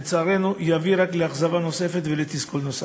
לצערנו יביאו רק לאכזבה נוספת ולתסכול נוסף.